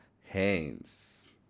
Haynes